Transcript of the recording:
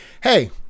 hey